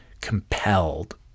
compelled